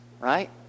right